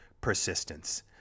persistence